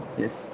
yes